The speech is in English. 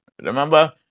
Remember